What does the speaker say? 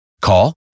Call